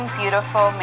beautiful